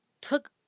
took